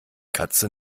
katze